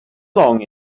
long